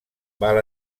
val